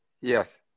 Yes